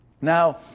Now